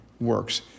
works